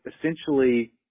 essentially